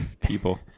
People